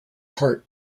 hart